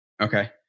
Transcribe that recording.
Okay